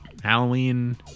Halloween